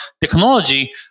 technology